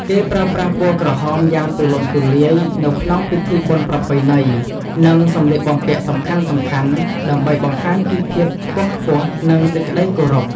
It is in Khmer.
គេប្រើប្រាស់ពណ៌ក្រហមយ៉ាងទូលំទូលាយនៅក្នុងពិធីបុណ្យប្រពៃណី និងសម្លៀកបំពាក់សំខាន់ៗ ដើម្បីបង្ហាញពីភាពខ្ពង់ខ្ពស់ និងសេចក្តីគោរព។